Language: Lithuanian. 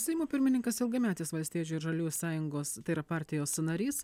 seimo pirmininkas ilgametis valstiečių ir žaliųjų sąjungos tai yra partijos narys